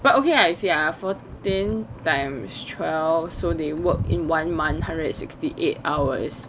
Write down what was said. but okay you see ah fourteen times twelve so they work in one month one hundred and sixty eight hours